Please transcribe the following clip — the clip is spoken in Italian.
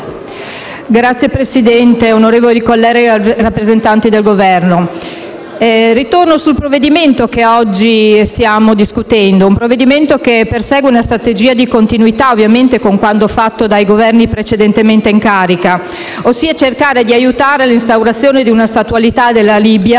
Signor Presidente, onorevoli colleghi, rappresentanti del Governo, ritorno sul provvedimento che oggi stiamo discutendo. Si tratta di un provvedimento che persegue una strategia di continuità con quanto fatto dai Governi precedentemente in carica, ossia cercare di aiutare l'instaurazione di una statualità della Libia che